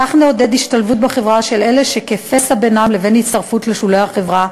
כך נעודד השתלבות בחברה של אלה שכפסע בינם לבין הצטרפות לשולי החברה,